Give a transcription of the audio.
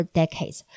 decades